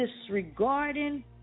disregarding